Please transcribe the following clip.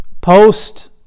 post